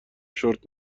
شرت